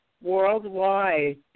worldwide